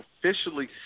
officially